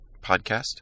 podcast